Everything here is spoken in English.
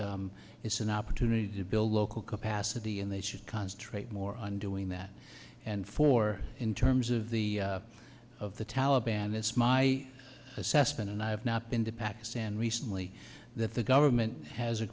it's an opportunity to build local capacity and they should concentrate more on doing that and for in terms of the of the taliban that's my assessment and i have not been to pakistan recently that the government has a